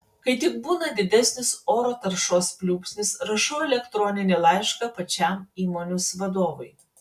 kai tik būna didesnis oro taršos pliūpsnis rašau elektroninį laišką pačiam įmonės vadovui